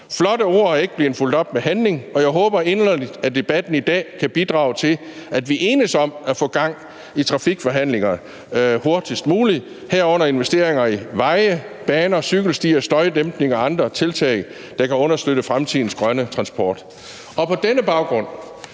Flotte ord er ikke blevet fulgt op med handling, og jeg håber inderligt, at debatten i dag kan bidrage til, at vi enes om at få gang i trafikforhandlinger hurtigst muligt, herunder investeringer i veje, baner, cykelstier, støjdæmpning og andre tiltag, der kan understøtte fremtidens grønne transport. På denne baggrund